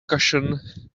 cushion